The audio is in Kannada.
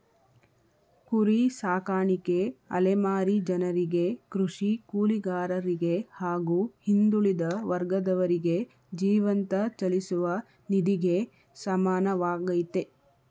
ಕುರಿ ಸಾಕಾಣಿಕೆ ಅಲೆಮಾರಿ ಜನರಿಗೆ ಕೃಷಿ ಕೂಲಿಗಾರರಿಗೆ ಹಾಗೂ ಹಿಂದುಳಿದ ವರ್ಗದವರಿಗೆ ಜೀವಂತ ಚಲಿಸುವ ನಿಧಿಗೆ ಸಮಾನವಾಗಯ್ತೆ